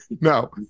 no